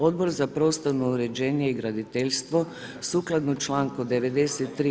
Odbor za prostorno uređenje i graditeljstvo sukladno čl. 93.